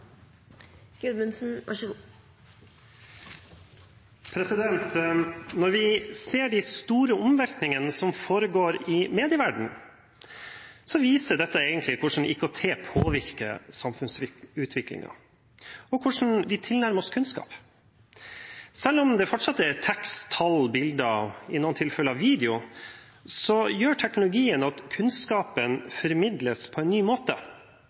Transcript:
Når vi ser de store omveltningene som foregår i medieverdenen, viser dette egentlig hvordan IKT påvirker samfunnsutviklingen, og hvordan vi tilnærmer oss kunnskap. Selv om det fortsatt er tekst, tall, bilder og i noen tilfeller video, så gjør teknologien at kunnskapen formidles på en ny måte.